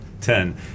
ten